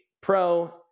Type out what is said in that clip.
pro